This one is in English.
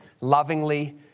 lovingly